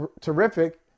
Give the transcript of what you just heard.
terrific